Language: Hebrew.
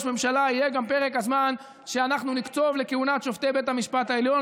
ממשלה יהיה גם פרק הזמן שאנחנו נקצוב לכהונת שופטי בית המשפט העליון,